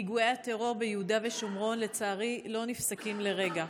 פיגועי הטרור ביהודה ושומרון לא נפסקים לרגע.